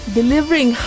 delivering